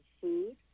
food